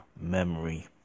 memory